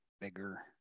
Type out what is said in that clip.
bigger